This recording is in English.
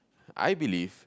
I believe